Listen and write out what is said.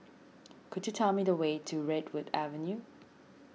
could you tell me the way to Redwood Avenue